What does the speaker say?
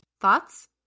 thoughts